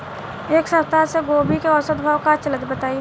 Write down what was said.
एक सप्ताह से गोभी के औसत भाव का चलत बा बताई?